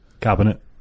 Cabinet